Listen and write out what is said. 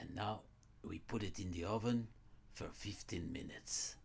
and now we put it in the oven for fifteen minutes